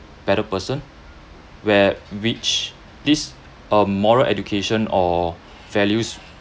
better person where which this uh moral education or values